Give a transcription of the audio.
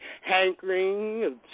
hankering